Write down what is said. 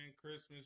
Christmas